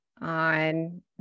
on